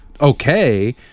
okay